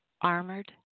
Armored